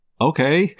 okay